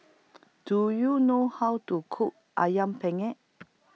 Do YOU know How to Cook Ayam Penyet